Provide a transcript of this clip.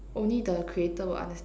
only the creator will understand